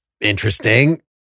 interesting